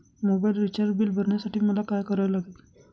Mobile recharge bill भरण्यासाठी मला काय करावे लागेल?